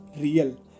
real